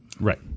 Right